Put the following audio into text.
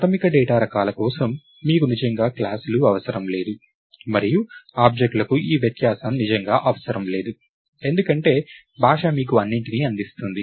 ప్రాథమిక డేటా రకాల కోసం మీకు నిజంగా క్లాసులు అవసరం లేదు మరియు ఆబ్జెక్ట్లకు ఈ వ్యత్యాసం నిజంగా అవసరం లేదు ఎందుకంటే భాష మీకు అన్నింటినీ అందిస్తుంది